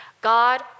God